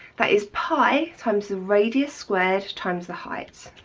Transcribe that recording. that is pi times the radius squared times the height